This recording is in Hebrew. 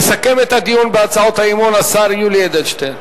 יסכם את הדיון בהצעות האי-אמון השר יולי אדלשטיין.